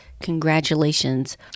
Congratulations